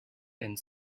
and